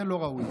זה לא ראוי.